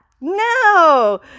No